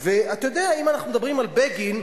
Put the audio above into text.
את בגין,